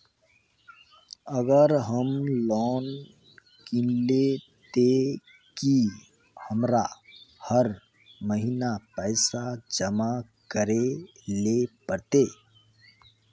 अगर हम लोन किनले ते की हमरा हर महीना पैसा जमा करे ले पड़ते?